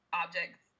objects